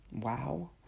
Wow